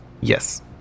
Yes